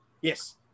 Yes